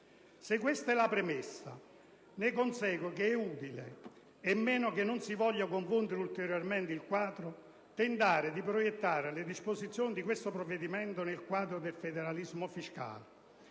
Se questa è la premessa, ne consegue che è inutile, a meno che non si voglia confondere ulteriormente il quadro, tentare di proiettare le disposizioni di questo provvedimento nel quadro del federalismo fiscale